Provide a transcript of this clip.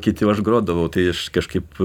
kiti o aš grodavau tai aš kažkaip